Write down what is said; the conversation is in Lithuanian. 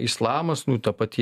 islamas nu ta pati